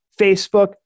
Facebook